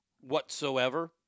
whatsoever